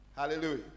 hallelujah